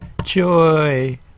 joy